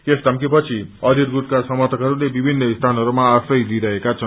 यस धम्कीपछि अधीर गुटका समर्थकहरूले विभिन्न स्थानहरूमा आश्रय लिइरहेका छन्